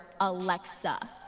Alexa